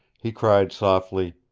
he cried softly,